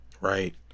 Right